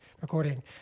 recording